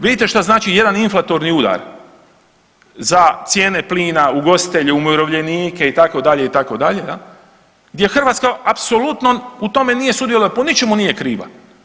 Vidite šta znači jedan inflatorni udar za cijene plina, ugostitelje, umirovljenike itd. itd. gdje Hrvatska apsolutno u tome nije sudjelovala, po ničemu nije kriva.